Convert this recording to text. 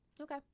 Okay